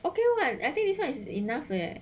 okay [what] I think this one is enough leh